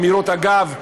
אמירות אגב,